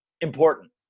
important